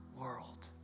world